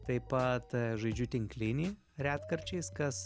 taip pat žaidžiu tinklinį retkarčiais kas